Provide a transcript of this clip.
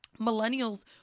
millennials